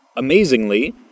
Amazingly